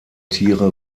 tiere